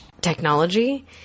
technology